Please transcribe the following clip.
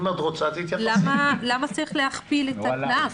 למה צריך להכפיל את הקנס?